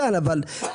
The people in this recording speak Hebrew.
מי נגד?